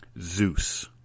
Zeus